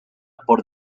por